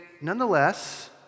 nonetheless